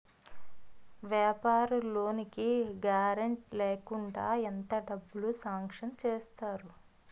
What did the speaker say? వ్యాపార లోన్ కి గారంటే లేకుండా ఎంత డబ్బులు సాంక్షన్ చేస్తారు?